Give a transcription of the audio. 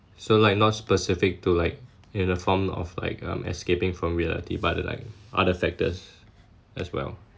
so like not specific to like in a form of like um escaping from reality but the like other factors as well